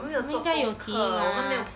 我们应该有题 mah